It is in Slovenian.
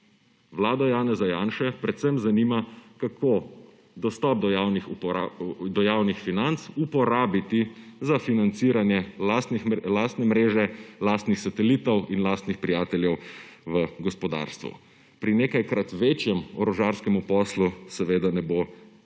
Vlado Janeza Janše predvsem zanima, kako dostop do javnih financ uporabiti za financiranje lastne mreže, lastnih satelitov in lastnih prijateljev v gospodarstvu. Pri nekajkrat večjem orožarskem poslu seveda ne bo prav